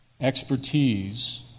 expertise